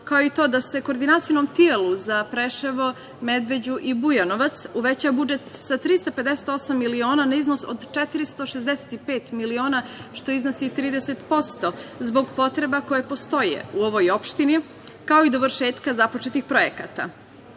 kao i to da se Koordinacionom telu za Preševo, Medveđu, Bujanovac uveća budžet sa 358 miliona na iznos od 465 miliona, što iznosi 30% zbog potreba koje postoje u ovoj opštini, kao i dovršetka započetih projekata. Nadam